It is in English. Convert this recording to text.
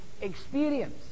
experience